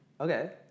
Okay